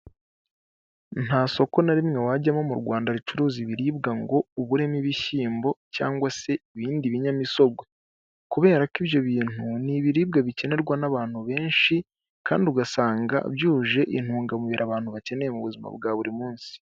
Nta soko na rimwe wajyamo mu Rwanda ricuruza ibiribwa ngo uburemo ibishyimbo cyangwa se ibindi binyamisogwe kubera ko ibyo bintu ni ibiribwa bikenerwa n'abantu benshi kandi ugasanga byuje intungamubiri abantu bakeneye mu buzima bwa buri munsi.